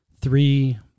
three